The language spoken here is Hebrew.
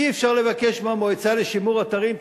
אי-אפשר לבקש מהמועצה לשימור אתרים,